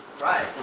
Right